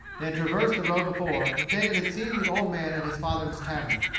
they had traversed the road before, and david had seen the old man at his father's tavern.